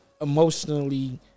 emotionally